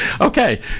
Okay